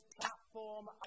platform